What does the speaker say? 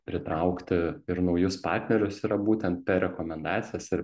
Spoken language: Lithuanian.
pritraukti ir naujus partnerius yra būtent per rekomendacijas ir